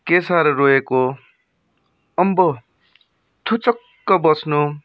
के साह्रो रोएको अम्बो थुचुक्क बस्नु